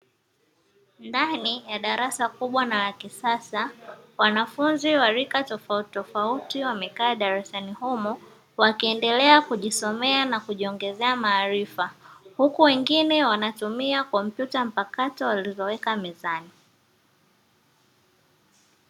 Ndani ya darasa kubwa na la kisasa, wanafunzi wa lika tofauti tofauti wamekaa darasani humo, wakiendelea kujisomea na kujiongezea maarifa, huku wengine wanatumia kompyuta mpakato walizoweka mezani.